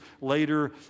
later